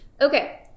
okay